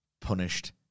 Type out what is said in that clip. punished